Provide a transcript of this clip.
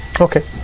Okay